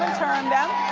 turn them.